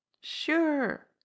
Sure